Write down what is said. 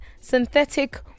synthetic